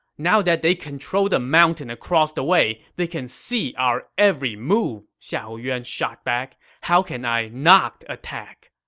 now that they control the mountain across the way, they can see our every move, xiahou yuan shot back. how can i not attack?